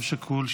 אב שכול,